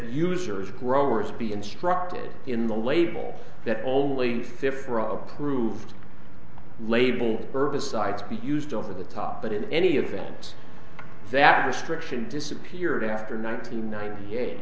users growers be instructed in the label that only differ of approved label herbicides to be used over the top but in any event that restriction disappeared after ninety ninety eight